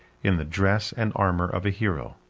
in the dress and armor of a hero.